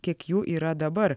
kiek jų yra dabar